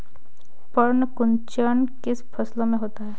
पर्ण कुंचन किन फसलों में होता है?